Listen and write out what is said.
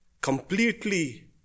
completely